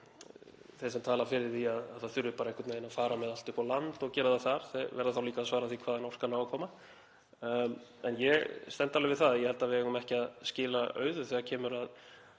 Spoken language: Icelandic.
þeir sem tala fyrir því að það þurfi einhvern veginn að fara með þetta allt upp á land og gera það þar verða þá líka að svara því hvaðan orkan á að koma. En ég stend alveg við það að ég held að við eigum ekki að skila auðu þegar kemur að